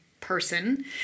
person